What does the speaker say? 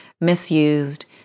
misused